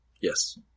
Yes